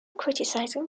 criticizing